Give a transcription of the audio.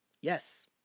Yes